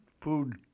food